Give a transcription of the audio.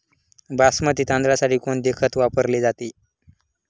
बासमती तांदळासाठी कोणते खत वापरले जाते?